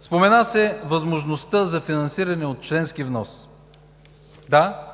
Спомена се възможността за финансиране от членски внос. Да,